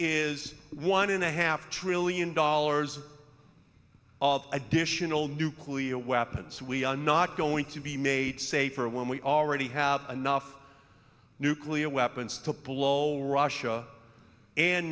is one and a half trillion dollars of additional nuclear weapons we are not going to be made safer when we already have enough nuclear weapons to pull russia and